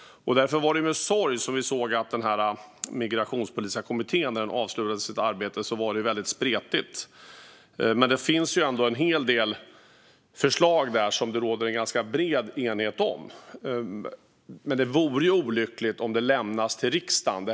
Därför var det med sorg vi såg att resultatet var väldigt spretigt när den migrationspolitiska kommittén avslutat sitt arbete. Där finns en hel del förslag som det råder en ganska bred enighet om, men det vore olyckligt om det lämnas till riksdagen.